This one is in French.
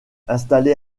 installé